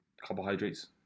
carbohydrates